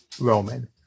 Roman